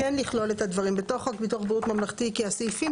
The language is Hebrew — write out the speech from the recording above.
כן לכלול את הדברים בתוך חוק בריאות ממלכתי כי הסעיפים